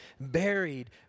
buried